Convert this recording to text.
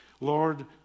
Lord